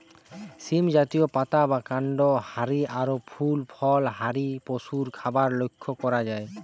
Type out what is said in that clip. সীম জাতীয়, পাতা বা কান্ড হারি আর ফুল ফল হারি পশুর খাবার লক্ষ করা যায়